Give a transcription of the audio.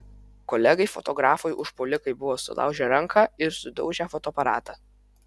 kolegai fotografui užpuolikai buvo sulaužę ranką ir sudaužę fotoaparatą